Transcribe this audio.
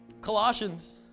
Colossians